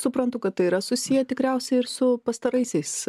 suprantu kad tai yra susiję tikriausiai ir su pastaraisiais